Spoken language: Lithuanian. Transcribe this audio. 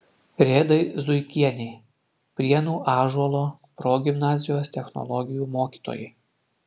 redai zuikienei prienų ąžuolo progimnazijos technologijų mokytojai